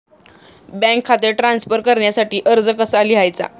Bank खाते transfer करण्यासाठी अर्ज कसा लिहायचा?